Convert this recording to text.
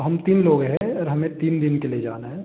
हम तीन लोग हैं और हमें तीन दिन के लिए जाना है